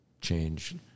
change